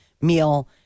meal